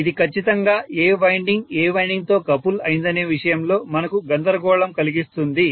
ఇది ఖచ్చితంగా ఏ వైండింగ్ ఏ వైండింగ్ తో కపుల్ అయిందనే విషయంలో మనకు గందరగోళం కలిగిస్తుంది